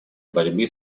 борьбы